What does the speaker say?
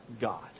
God